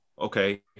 Okay